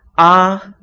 ah!